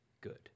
good